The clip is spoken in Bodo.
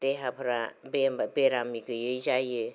देहाफोरा बेराम गैयै जायो